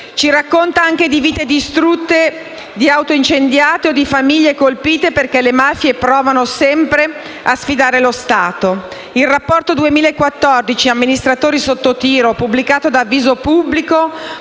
ci racconta anche di vite distrutte, auto incendiate e famiglie colpite perché le mafie provano sempre a sfidare lo Stato. Il Rapporto 2014 «Amministratori sotto tiro», pubblicato dall'associazione